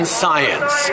science